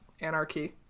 Anarchy